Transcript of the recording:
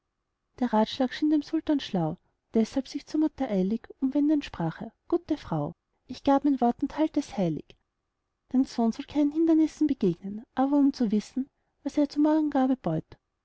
der ratschlag schien dem sultan schlau deshalb sich zu der mutter eilig umwendend sprach er gute frau ich gab mein wort und halt es heilig dein sohn soll keinen hindernissen begegnen aber um zu wissen was er zur morgengabe